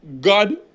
God